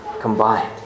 combined